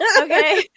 okay